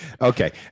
Okay